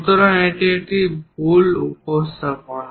সুতরাং এটি একটি ভুল উপস্থাপনা